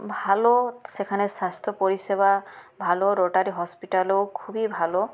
ভালো সেখানে স্বাস্থ্য পরিষেবা ভালো ওটার হসপিটালও খুবই ভালো